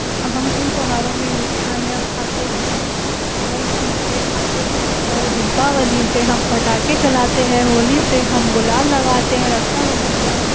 हम इन त्योहारों में मिठाइयाँ खाते हैं बहुत सी मिठाइयाँ खाते हैं और दीपावली पे हम पटाके चलाते हैं होली पे हम गुलाल लगाते हैं रक्षा बंधन पे हम